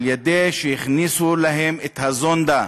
על-ידי שהכניסו להם את הזונדה